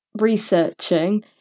researching